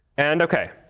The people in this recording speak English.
and ok,